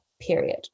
period